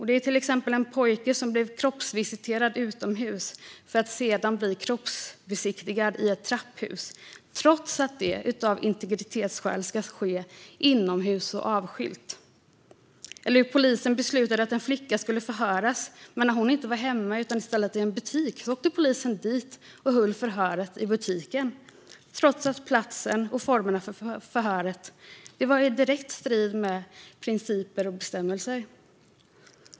Ett ärende gäller en pojke som först blev kroppsvisiterad utomhus för att sedan bli kroppsbesiktigad i ett trapphus - trots att sådant av integritetsskäl ska ske inomhus och avskilt. Ett annat ärende gäller hur polisen beslutade att en flicka skulle förhöras, men när hon inte var hemma utan i stället i en butik åkte polisen dit och höll förhöret i butiken - trots att platsen och formerna för förhöret var i direkt strid med principer och bestämmelser.